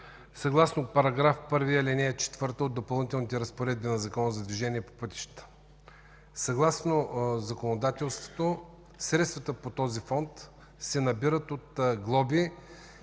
съгласно § 1, ал. 4 от Допълнителните разпоредби на Закона за движение по пътищата. Съгласно законодателството средствата по този Фонд се набират от глоби,